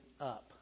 up